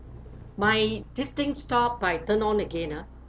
my this thing stopped but I turn on again ah